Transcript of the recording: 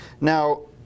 Now